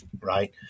right